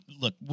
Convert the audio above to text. look